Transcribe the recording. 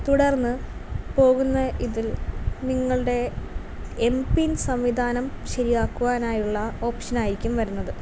തുടർന്ന് പോകുന്ന ഇതിൽ നിങ്ങളുടെ എം പിൻ സംവിധാനം ശരിയാക്കുവാനായുള്ള ഓപ്ഷൻ ആയിരിക്കും വരുന്നത്